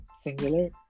Singular